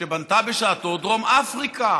שבנתה בשעתה דרום אפריקה.